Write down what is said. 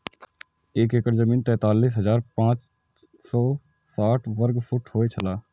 एक एकड़ जमीन तैंतालीस हजार पांच सौ साठ वर्ग फुट होय छला